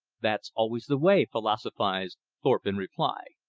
that's always the way, philosophized thorpe in reply.